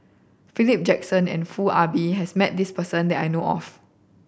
Philip Jackson and Foo Ah Bee has met this person that I know of